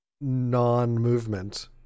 non-movement